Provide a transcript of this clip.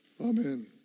Amen